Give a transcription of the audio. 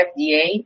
FDA